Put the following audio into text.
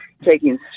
taking